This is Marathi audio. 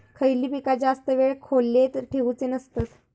खयली पीका जास्त वेळ खोल्येत ठेवूचे नसतत?